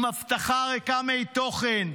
עם הבטחה ריקה מתוכן: